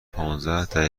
پانزده